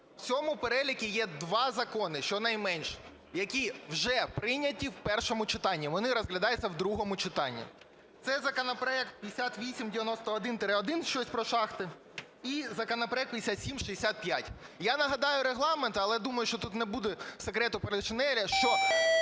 В цьому переліку є два закони, щонайменш, які вже прийняті в першому читанні, вони розглядаються в другому читанні. Це законопроект 5891-1 – щось про шахти і законопроект 5765. Я нагадаю Регламент, але, я думаю, що тут не буде секрету Полішинеля, що